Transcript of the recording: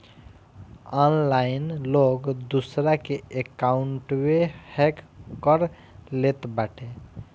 online लोग दूसरा के अकाउंटवे हैक कर लेत बाटे